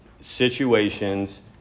situations